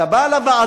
אתה בא לוועדות,